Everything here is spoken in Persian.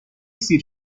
سیر